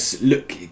look